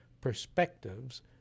perspectives